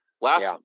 Last